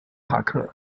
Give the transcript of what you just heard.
塔克